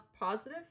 positive